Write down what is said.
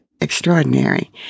extraordinary